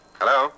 hello